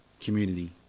community